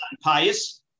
Pious